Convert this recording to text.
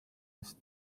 eest